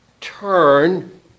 turn